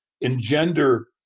engender